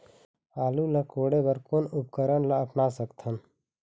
आलू ला कोड़े बर कोन उपकरण ला अपना सकथन?